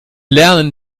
lernen